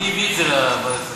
מי הביא את זה לוועדת הכספים?